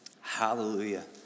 Hallelujah